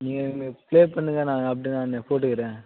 நீங்கள் இங்கே பிளே பண்ணுங்கள் நான் அப்படே நான் போட்டுக்கிறேன்